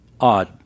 odd